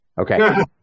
Okay